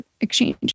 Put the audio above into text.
exchange